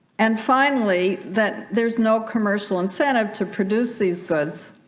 and finally that there's no commercial incentive to produce these goods